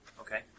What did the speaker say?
Okay